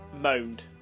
Moaned